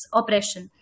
oppression